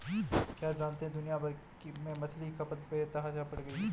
क्या आप जानते है दुनिया भर में मछली की खपत बेतहाशा बढ़ गयी है?